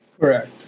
Correct